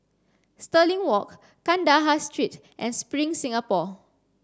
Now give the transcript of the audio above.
Stirling Walk Kandahar Street and Spring Singapore